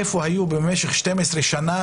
איפה הם היו במשך 12 שנה,